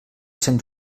sant